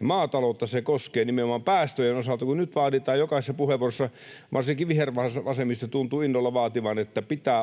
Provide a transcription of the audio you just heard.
Maataloutta se koskee nimenomaan päästöjen osalta, kun nyt vaaditaan jokaisessa puheenvuorossa, varsinkin vihervasemmisto tuntuu innolla vaativan, että pitää